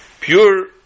Pure